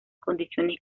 condiciones